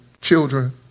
children